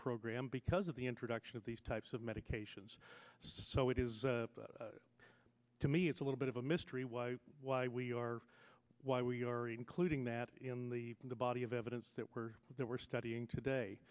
program because of the introduction of these types of medications so it is to me it's a little bit of a mystery why why we are why we are including that in the body of evidence that we're that we're studying today